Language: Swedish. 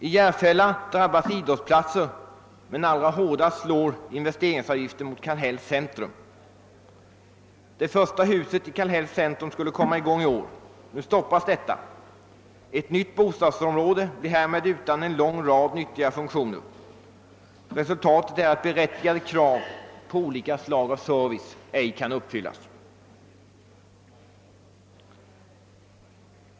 I Järfälla drabbas idrottsplatsen, men allra hårdast slår investeringsavgiften för Kallhälls centrum. Det första huset där skulle påbörjas i år. Nu stoppas detta bygge. Ett nytt bostadsområde blir därmed utan en lång rad nyttiga funktioner. Resultatet är att berättigade krav på olika slag av service ej kan uppfyllas.